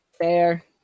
Fair